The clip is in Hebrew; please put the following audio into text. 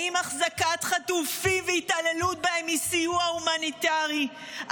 האם החזקת חטופים והתעללות בהם הן סיוע הומניטרי?